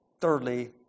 Thirdly